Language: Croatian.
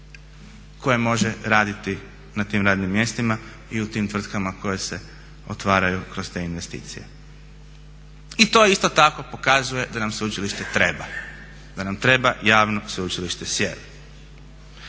koje može raditi na tim radnim mjestima i u tim tvrtkama koje se otvaraju kroz te investicije. I to isto tako pokazuje da nam sveučilište treba, da nam treba javno Sveučilište Sjever.